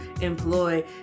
employ